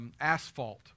asphalt